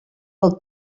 pel